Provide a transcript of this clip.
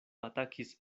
atakis